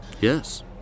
Yes